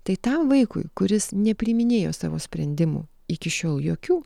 tai tam vaikui kuris nepriiminėjo savo sprendimų iki šiol jokių